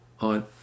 on